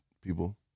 people